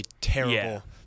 terrible